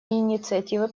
инициативы